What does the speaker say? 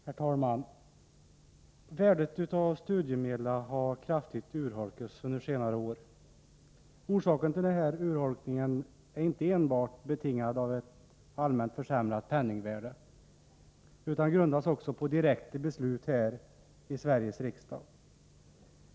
Herr talman! Värdet av studiemedlen har kraftigt urholkats under senare år. Orsaken till denna urholkning är inte enbart ett allmänt försämrat penningvärde utan också direkta beslut här i Sveriges riksdag.